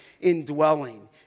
indwelling